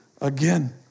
again